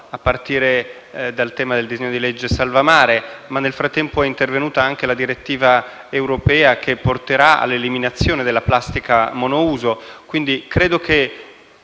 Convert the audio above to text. a partire dal tema del disegno di legge salvamare. Nel frattempo, è intervenuta anche la direttiva europea che porterà all'eliminazione della plastica monouso, quindi credo che